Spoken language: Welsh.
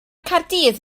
caerdydd